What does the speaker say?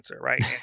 right